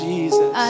Jesus